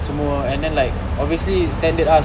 semua and then like obviously standard ah